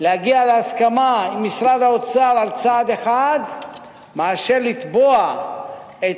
להגיע להסכמה עם משרד האוצר על צעד אחד מאשר לתבוע את